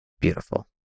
beautiful